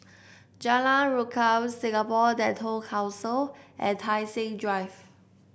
Jalan Rukam Singapore Dental Council and Tai Seng Drive